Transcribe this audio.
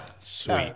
sweet